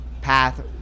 path